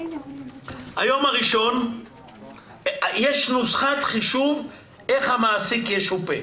יש נוסחת חישוב איך המעסיק ישופה.